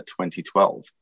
2012